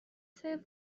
سرو